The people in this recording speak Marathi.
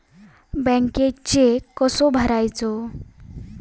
बँकेत चेक कसो भरायचो?